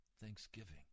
Thanksgiving